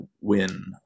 win